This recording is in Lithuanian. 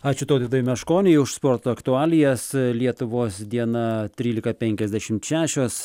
ačiū tautvydui meškoniui už sporto aktualijas lietuvos diena trylika penkiasdešimt šešios